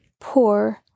Poor